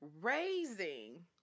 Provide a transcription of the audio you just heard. raising